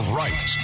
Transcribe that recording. right